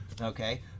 okay